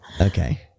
Okay